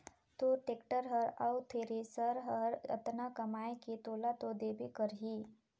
तोर टेक्टर हर अउ थेरेसर हर अतना कमाये के तोला तो देबे करही